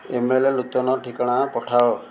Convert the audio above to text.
ଇ mail ନୂତନ ଠିକଣା ପଠାଅ